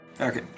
Okay